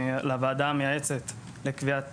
לוועדה המייעצת לקביעת